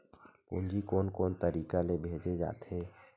पूंजी कोन कोन तरीका ले भेजे जाथे?